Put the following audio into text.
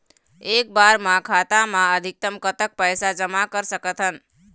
एक बार मा खाता मा अधिकतम कतक पैसा जमा कर सकथन?